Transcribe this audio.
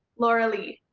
lauralee?